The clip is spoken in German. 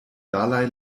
dalai